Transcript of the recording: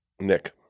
Nick